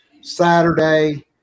Saturday